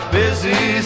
busy